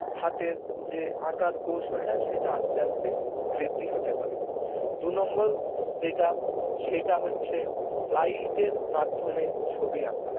হাতের যে আঁকার কৌশলটা সেটা আস্তে আস্তে বৃদ্ধি হতে পারে দু নম্বর যেটা সেইটা হচ্ছে লাইটের মাধ্যমে ছবি আঁকা